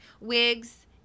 Wigs